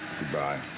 Goodbye